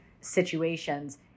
situations